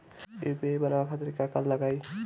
UPI बनावे खातिर का का लगाई?